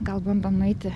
gal bandom nueiti